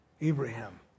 Abraham